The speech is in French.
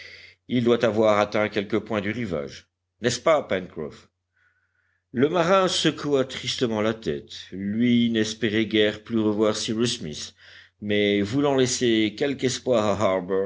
il doit avoir atteint quelque point du rivage n'est-ce pas pencroff le marin secoua tristement la tête lui n'espérait guère plus revoir cyrus smith mais voulant laisser quelque espoir